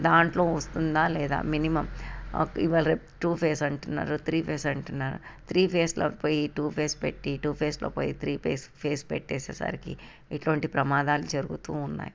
దాంట్లో వస్తుందా లేదా మినిమం ఇవాళ రేపు టు ఫేజ్ అంటున్నారు త్రీ ఫేజ్ అంటున్నారు త్రీ ఫేజ్లోకి పోయి టు ఫేస్ పెట్టి టు ఫేజులోకి పోయి త్రీ ఫేజ్ పెట్టేసరికి ఇటువంటి ప్రమాదాలు జరుగుతూ ఉన్నాయి